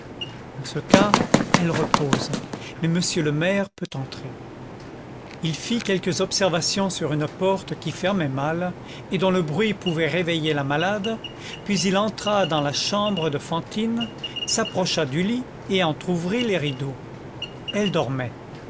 en ce cas elle repose mais monsieur le maire peut entrer il fit quelques observations sur une porte qui fermait mal et dont le bruit pouvait réveiller la malade puis il entra dans la chambre de fantine s'approcha du lit et entrouvrit les rideaux elle dormait